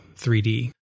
3D